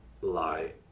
lie